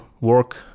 work